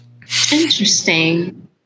Interesting